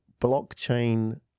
blockchain